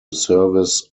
service